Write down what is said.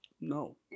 No